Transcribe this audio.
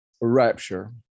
rapture